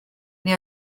neu